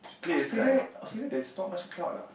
Australia Australia there is not much cloud lah